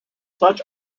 such